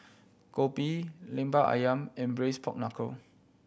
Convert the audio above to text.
kopi Lemper Ayam and Braised Pork Knuckle